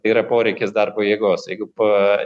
tai yra poreikis darbo jėgos jeigu pa